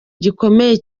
gikomeye